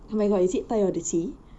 oh my god is it thai odyssey